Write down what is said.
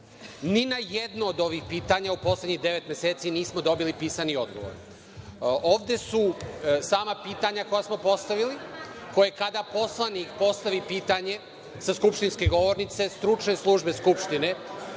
Ni na jedno od ovih pitanja u poslednjih devet meseci nismo dobili pisani odgovor. Ovde su sama pitanja koja smo postavili, koje kada poslanik postavi pitanje sa skupštinske govornice, stručne službe Skupštine